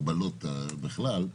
הגבלות בכלל,